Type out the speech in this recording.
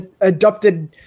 adopted